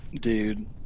dude